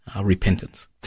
Repentance